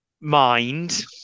mind